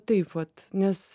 taip vat nes